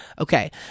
Okay